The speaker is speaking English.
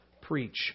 preach